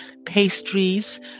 pastries